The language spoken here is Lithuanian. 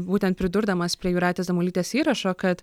būtent pridurdamas prie jūratės damulytės įrašo kad